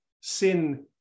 sin